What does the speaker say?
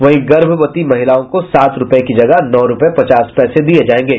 वहीं गर्भवती महिलाओं को सात रूपये की जगह नौ रूपये पचास पैसे दिये जायेंगे